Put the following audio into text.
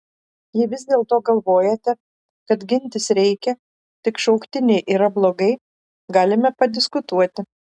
jei vis dėlto galvojate kad gintis reikia tik šauktiniai yra blogai galime padiskutuoti